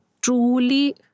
truly